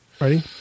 Ready